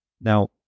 Now